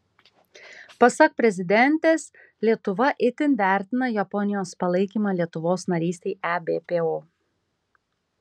pasak prezidentės lietuva itin vertina japonijos palaikymą lietuvos narystei ebpo